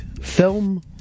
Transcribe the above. film